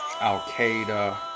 Al-Qaeda